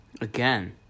Again